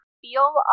feel